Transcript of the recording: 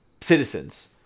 citizens